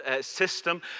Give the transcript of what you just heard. system